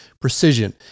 Precision